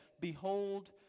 behold